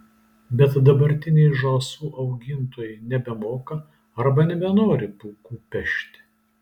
bet dabartiniai žąsų augintojai nebemoka arba nebenori pūkų pešti